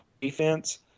defense